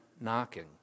knocking